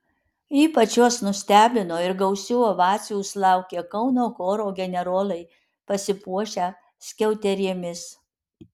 ypač juos nustebino ir gausių ovacijų sulaukė kauno choro generolai pasipuošę skiauterėmis